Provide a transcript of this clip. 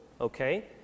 okay